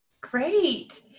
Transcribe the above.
Great